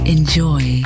Enjoy